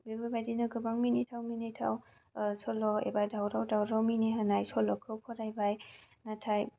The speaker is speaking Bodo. बेफोरबायदिनो गोबां मिनिथाव मिनिथाव सल' एबा दावराव दावराव मिनिहोनाय सल'खौ फरायबाय नाथाय